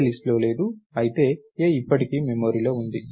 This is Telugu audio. A లిస్ట్ లో లేదు అయితే A ఇప్పటికీ మెమరీలో ఉంది